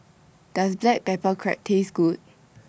Does Black Pepper Crab Taste Good